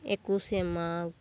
ᱮᱠᱩᱥᱮ ᱢᱟᱜᱽ